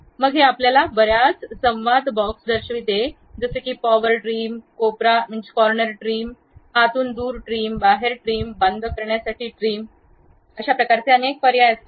मग हे आपल्याला बर्याच संवाद बॉक्स दर्शवते जसे की पॉवर ट्रिम कोपरा ट्रिम आतून दूर ट्रिम बाहेर ट्रिम बंद करण्यासाठी ट्रिम या प्रकारचे पर्याय नेहमीच असतात